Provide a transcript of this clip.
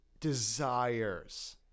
desires